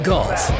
Golf